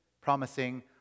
promising